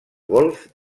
golf